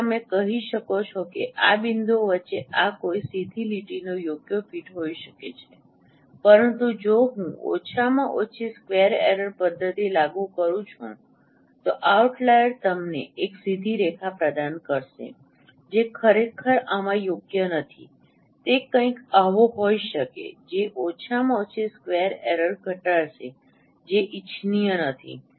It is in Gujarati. તેથી તમે કહી શકો છો કે આ બિંદુઓ વચ્ચે આ કોઈ સીધી લીટીનો યોગ્ય ફીટ હોઈ શકે છે પરંતુ જો હું ઓછામાં ઓછી સ્ક્વેર એરર પદ્ધતિ લાગુ કરું છું તો આઉટલાઈર તમને એક સીધી રેખા પ્રદાન કરશે જે ખરેખર આમાં યોગ્ય નથી તે કંઇક આવો હોઈ શકે જે ઓછામાં ઓછી સ્ક્વેર એરર ઘટાડશે જે ઇચ્છનીય નથી